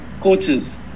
coaches